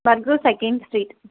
Bargur second street